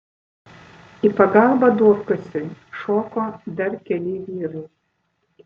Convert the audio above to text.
į pagalbą duobkasiui šoko dar keli vyrai